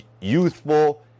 youthful